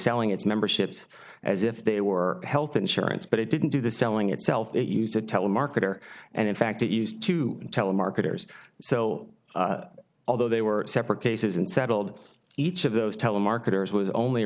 selling its memberships as if they were health insurance but it didn't do the selling itself it used to telemarketer and in fact it used to telemarketers so although they were separate cases and settled each of those telemarketers was only